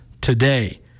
today